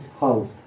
house